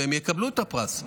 והם יקבלו את הפרס,